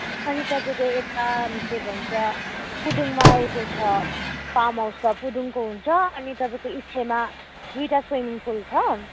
अनि तपाईँको यता के भन्छ पुदुङमा ऊ त्यो छ फार्महाउस छ पुदुङको हुन्छ अनि तपाईँको इच्छेमा दुइटा स्विमिङ पुल छ